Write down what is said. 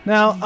Now